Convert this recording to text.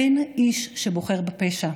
אין איש שבוחר בפשע.